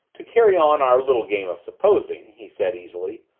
to carry on our little game of supposing, he said easily,